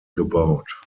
gebaut